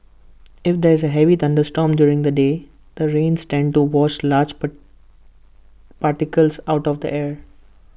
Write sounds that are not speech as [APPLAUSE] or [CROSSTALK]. if there's A heavy thunderstorm during the day the rains tends to wash large [HESITATION] particles out of the air